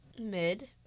mid